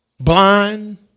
Blind